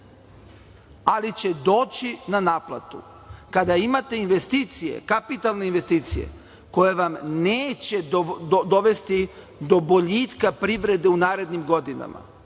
ali će doći na naplatu. Kada imate investicije, kapitalne investicije koje vam neće dovesti do boljitka privrede u narednim godinama,